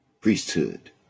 Priesthood